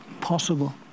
possible